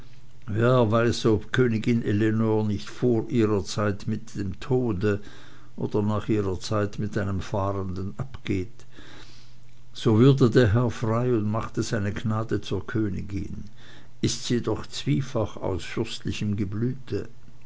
wer weiß ob königin ellenor nicht vor ihrer zeit mit dem tode oder nach ihrer zeit mit einem fahrenden abgeht so würde der herr frei und machte seine gnade zur königin ist sie doch zwiefach aus fürstlichem geblüte